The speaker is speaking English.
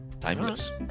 timeless